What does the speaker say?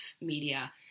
media